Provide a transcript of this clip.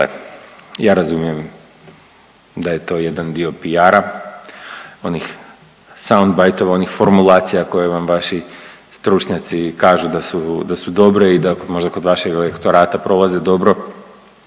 ja razumijem da je to jedan dio PR-a, onih sanbajtova, onih formulacija koje vam vaši stručnjaci kažu da su, da su dobre i da možda kod vašeg lektorata prolaze dobre,